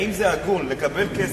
האם זה הגון לקבל כסף,